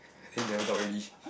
then never talk already